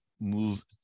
move